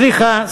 סליחה,